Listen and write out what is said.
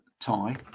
tie